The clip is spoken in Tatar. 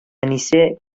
әнисе